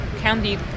candy